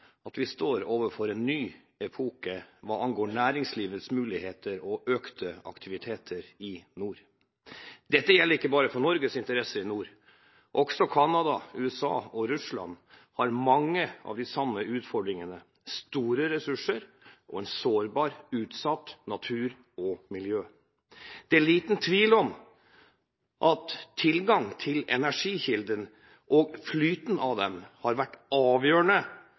at vi står overfor en ny epoke hva angår næringslivets muligheter og økte aktiviteter i nord. Dette gjelder ikke bare for Norges interesser i nord. Også Canada, USA og Russland har mange av de samme utfordringene: store ressurser og en sårbar og utsatt natur og et sårbart miljø. Det er liten tvil om at tilgang til energikilder og flyten av dem har vært avgjørende